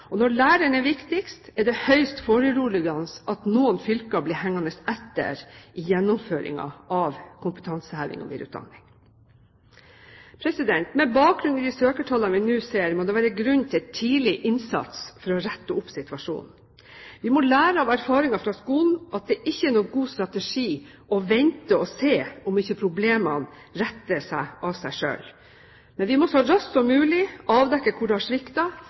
og når læreren er viktigst, er det høyst foruroligende at noen fylker blir hengende etter i gjennomføringen av kompetanseheving og videreutdanning. Med bakgrunn i de søkertallene vi nå ser, må det være grunn til tidlig innsats for å rette opp situasjonen. Vi må lære av erfaringer fra skolen, at det ikke er noen god strategi å vente og se om ikke problemene retter seg av seg selv, men vi må så raskt som mulig avdekke hvor det har